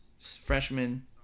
freshman